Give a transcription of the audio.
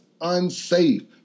unsafe